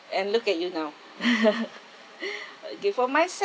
and look at you now okay for myself